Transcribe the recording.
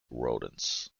rodents